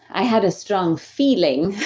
i had a strong feeling